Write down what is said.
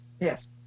Yes